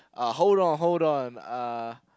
uh hold on hold on uh